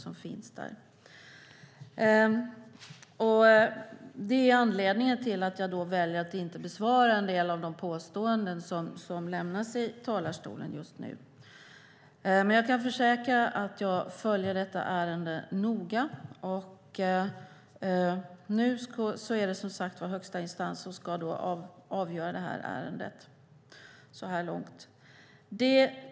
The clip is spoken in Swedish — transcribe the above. Detta är anledningen till att jag väljer att inte bemöta en del av de påståenden som har framförts i talarstolen under den här debatten. Jag kan dock försäkra att jag följer detta ärende noga. Nu är det som sagt högsta instans som ska avgöra detta.